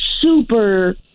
super